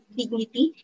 dignity